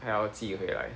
还要自己回来